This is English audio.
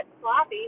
sloppy